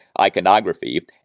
iconography